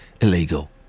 illegal